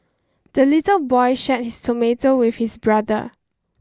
the little boy shared his tomato with his brother